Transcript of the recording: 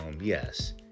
yes